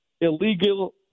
illegal